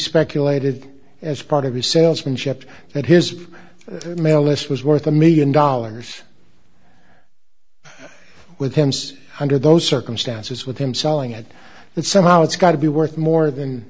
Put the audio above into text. speculated as part of his salesmanship that his mail list was worth a one million dollars with him under those circumstances with him selling at that somehow it's got to be worth more than